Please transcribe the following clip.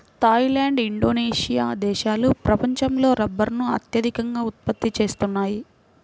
Thai land, Indonesia దేశాలు ప్రపంచంలో రబ్బరును అత్యధికంగా ఉత్పత్తి చేస్తున్నాయి